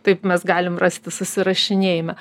taip mes galim rasti susirašinėjime